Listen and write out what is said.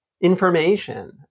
information